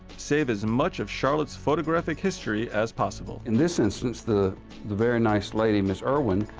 save as much of charlotte's photographic history as possible. in this instance, the the very nice lady, mr. irwin,